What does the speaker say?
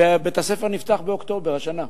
בית-הספר נפתח באוקטובר השנה.